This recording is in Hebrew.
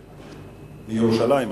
מירושלים.